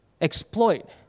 exploit